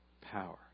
power